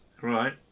Right